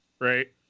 right